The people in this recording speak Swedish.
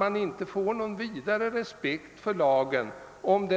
Om straffen är för stränga medför det att respekten för lagen kan